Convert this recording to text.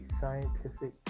scientific